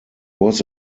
was